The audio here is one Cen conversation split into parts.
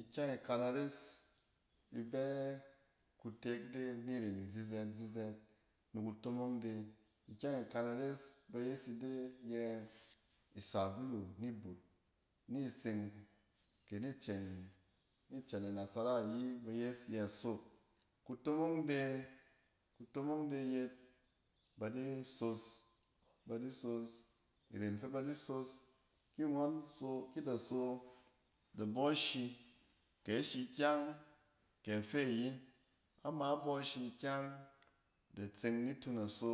Ikyeng ikan ares ifɛ kutek de ni rem zizɛt-zizɛt ni kutomong de. Ikyɛng ikan ares bayes ide yɛ isabulu ni but. Ni seng kɛ ni cɛn ni cɛn a nasara yi ba yes yɛ soap. Kutomong de-kutomong de yet ba di sos, ba di sos. Iren fɛ ba di so ski ngↄn so, ki da so, da bↄ shi, kɛ shi kyang, kɛ a fe ayi. Ama bↄ shi kyang, da tseng nit u naso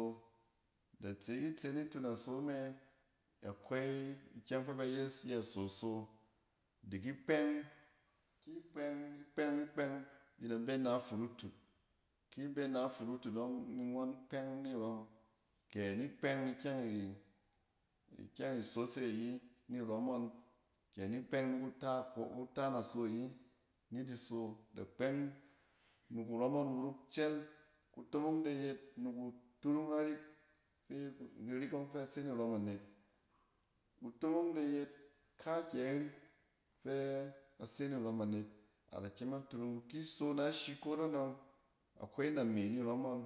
da tse, itse nitu naso me akwai ikyɛng, kpɛng, ikpɛng, i da be na furutut. Ki be na furutut ↄng, ni ngↄn kpɛng ni ↄm. Kɛ ni kpɛng ikyɛng i-kyɛng isos e yi ni rↄm ngↄn kɛ ni kpɛng ni kuta ko kuta naso ayi ni di so. Da kpɛng ni kurↄm ngↄn wuruk chɛl. kutomong de yet ni ku turung arik fi ku, arik ↄng fɛ se nirↄm anet. Kutomong de yet, kaakyɛ rik fɛ ase nirↄm anet, a da kyem a turung. Ki so nashi kot anↄng, akwai name ni rↄm ngↄn,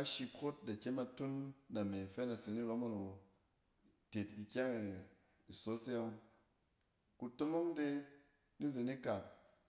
ashi kot da kyem a tun name fɛ nase nirↄm awo, tit ikyɛng isos e yↄng. kutomong de nizen ikak.